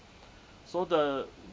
so the